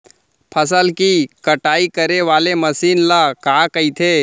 फसल की कटाई करे वाले मशीन ल का कइथे?